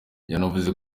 yanavuze